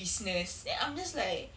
business then I'm just like